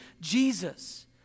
Jesus